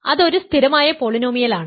അത് ഒരു സ്ഥിരമായ പോളിനോമിയലാണ്